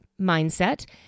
mindset